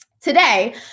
Today